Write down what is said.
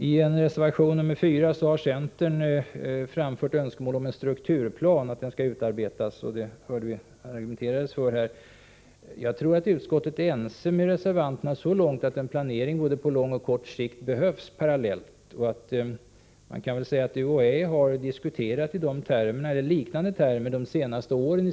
I en reservation — nr 4— har centern framfört ett önskemål om att det skall utarbetas en strukturplan; det har man också argumenterat för här. Jag tror att utskottet är ense med reservanterna så långt att det anser att det behövs en planering på kort och lång sikt parallellt. Man kan väl säga att UHÄ diskuterat i liknande termer i sina anslagsframställningar de senaste åren.